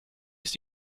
ist